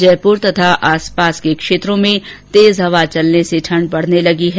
जयपूर तथा आसपास के क्षेत्रों में तेज हवा चलने से ठंड बढने लगी है